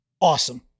Awesome